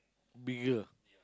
bigger